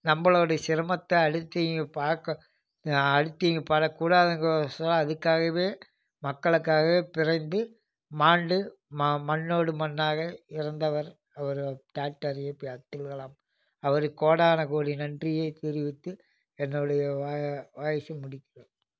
நம்மளோடைய சிரமத்தை அடுத்தவங்க பார்க்க அடுத்தவங்க படக்கூடாதுங்கிற ஒசரம் அதுக்காகவே மக்களுக்காகவே பிறந்து மாண்டு மா மண்ணோடு மண்ணாக இறந்தவர் அவர் டாக்டர் ஏபி அப்துல்கலாம் அவருக்கு கோடான கோடி நன்றியை தெரிவித்து என்னுடைய வா வாய்ஸை முடிக்கிறேன்